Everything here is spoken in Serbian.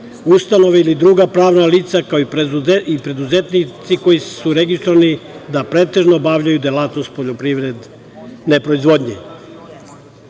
ustanove ili druga pravna lica, kao i preduzetnici koji su registrovani da pretežno obavljaju delatnost poljoprivredne proizvodnje.